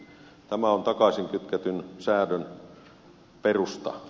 tämä on takaisin kytketyn säädön perusta